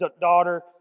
daughter